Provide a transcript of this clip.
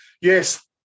Yes